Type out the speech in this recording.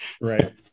Right